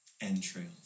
entrails